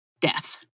death